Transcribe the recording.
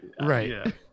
Right